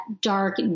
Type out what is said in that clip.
dark